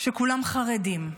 שכולם חרדים,